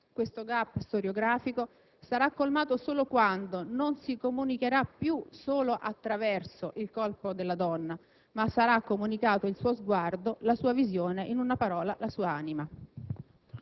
Questo *gap* storiografico sarà colmato solo quando non si comunicherà più solo attraverso il corpo della donna, ma sarà comunicato il suo sguardo, la sua visione, in una parola la sua anima.